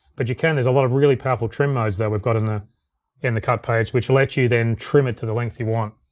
but you can, there's a lot of really powerful trim modes that we've got in ah in the cut page, which'll let you then trim it to the length you want.